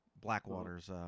Blackwater's